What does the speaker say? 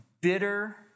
bitter